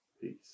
peace